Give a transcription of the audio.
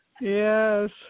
Yes